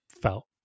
felt